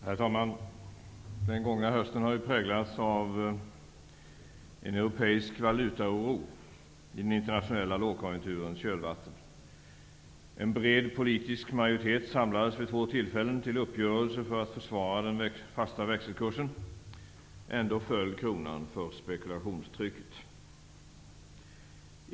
Herr talman! Den gångna hösten har präglats av en europeisk valutaoro i den internationella lågkonjunkturens kölvatten. En bred politisk majoritet samlades vid två tillfällen till uppgörelser för att försvara den fasta växelkursen. Trots det föll kronan för spekulationstrycket.